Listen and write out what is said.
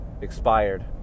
expired